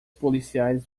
policiais